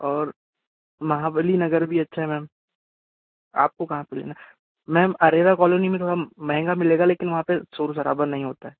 और महाबली नगर भी अच्छा है मैम आपको कहाँ पर लेना है मैम अरेरा कॉलोनीं में थोड़ा म महंगा मिलेगा लेकिन वहाँ पर शोर शराबा नहीं होता है